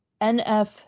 NF